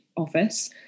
office